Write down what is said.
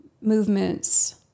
movements